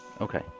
Okay